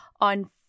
on